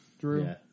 drew